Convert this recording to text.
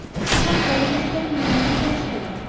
the poor fellow was very lonely in those days,